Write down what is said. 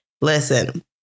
Listen